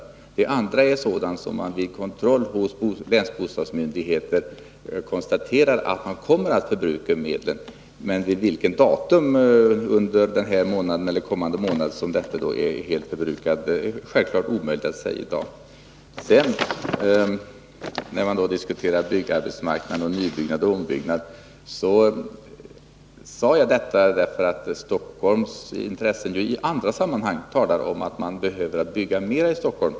Å andra sidan gäller det en medelsförbrukning som man vid kontroll hos länsbostadsmyndigheter konstaterar kommer att uppstå. Att i dag säga något om vid vilket datum under denna eller kommande månad som medlen kommer att vara helt förbrukade är självfallet omöjligt. I fråga om byggarbetsmarknaden fällde jag mitt yttrande om nybyggnad och ombyggnad med anledning av att man från Stockholmshåll i andra sammanhang har talat om att det behöver byggas mera i Stockholm.